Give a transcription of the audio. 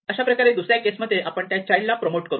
अशा प्रकारे दुसऱ्या केस मध्ये आपण त्या चाइल्ड ला प्रमोट करू